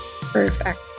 Perfect